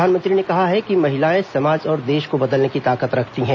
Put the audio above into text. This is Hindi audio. प्रधानमंत्री ने कहा है कि महिलाएं समाज और देश को बदलने की ताकत रखती हैं